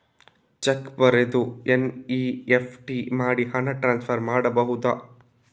Check ಬರೆದು NEFT ಮಾಡಿ ಹಣ ಟ್ರಾನ್ಸ್ಫರ್ ಮಾಡಬಹುದು?